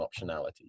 optionality